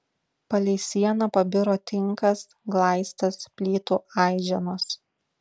palei sieną pabiro tinkas glaistas plytų aiženos